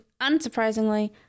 unsurprisingly